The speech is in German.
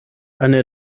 eine